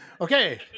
Okay